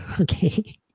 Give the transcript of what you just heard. Okay